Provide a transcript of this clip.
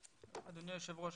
אדוני היושב ראש,